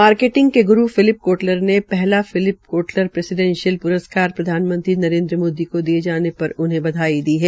marketing के ग्रू Philip Kotler ने पहला पि लिप कोटलर प्रेसीडेंशल प्रस्कार प्रधानमंत्री नरेन्द्र मोदी को दिये जाने पर उन्हें बधाई दी है